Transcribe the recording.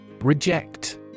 Reject